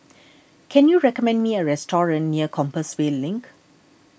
can you recommend me a restaurant near Compassvale Link